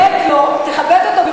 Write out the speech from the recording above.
תכבד אותו,